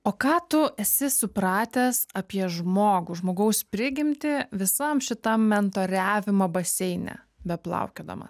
o ką tu esi supratęs apie žmogų žmogaus prigimtį visam šitam mentoriavimo baseine beplaukiodamas